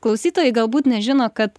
klausytojai galbūt nežino kad